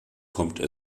kommt